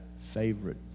favorite